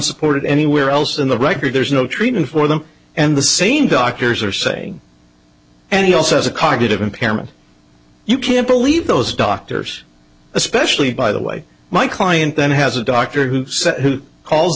supported anywhere else in the record there's no treatment for them and the same doctors are saying and he also has a cognitive impairment you can't believe those doctors especially by the way my client then has a doctor who said who call